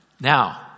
Now